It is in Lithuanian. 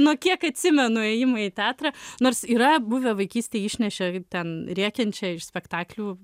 nuo kiek atsimenu įėjimą į teatrą nors yra buvę vaikystėj išnešė ten rėkiančią iš spektaklių